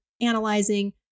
analyzing